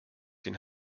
den